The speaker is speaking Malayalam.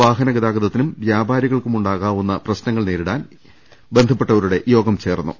വാഹനഗതാഗതത്തിനും വ്യാപാരികൾക്കുമുണ്ടാ കാവുന്ന പ്രശ്നങ്ങൾ നേരിടാൻ ഇന്നലെ ബന്ധപ്പെട്ടവരുടെ യോഗം ചേർന്നു